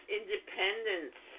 independence